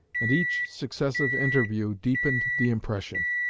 and each successive interview deepened the impression.